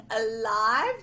alive